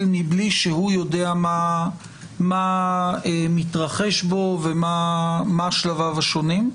מבלי שהוא יודע מה מתרחש בו ומה שלביו השונים.